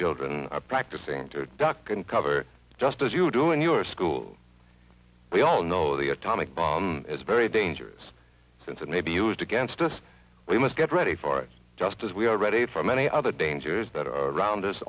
children are practicing to duck and cover just as you do in your school we all know the atomic bomb is very dangerous since it may be used against us we must get ready for it just as we are ready for many other dangers that are around us